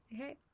Okay